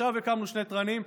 עכשיו הקמנו שני תרנים,